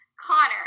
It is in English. Connor